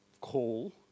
call